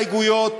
על שתי הסתייגויות